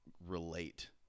relate